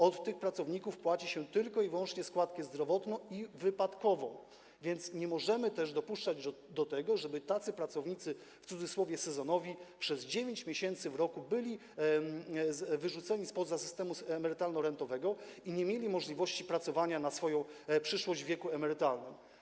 Od tych pracowników płaci się tylko i wyłącznie składkę zdrowotną i wypadkową, więc nie możemy też dopuszczać do tego, żeby tacy pracownicy, w cudzysłowie, sezonowi przez 9 miesięcy w roku byli wyrzuceni z systemu emerytalno-rentowego i nie mieli możliwości pracowania na swoją przyszłość w wieku emerytalnym.